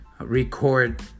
record